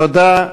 תודה.